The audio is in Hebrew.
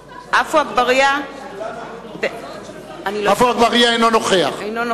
(קוראת בשמות חברי הכנסת) עפו אגבאריה, אינו נוכח